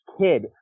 kid